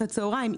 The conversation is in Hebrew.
שעות הצהריים,